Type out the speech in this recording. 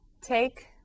take